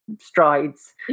strides